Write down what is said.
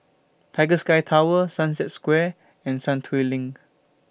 Tiger Sky Tower Sunset Square and Sentul LINK